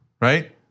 Right